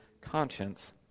conscience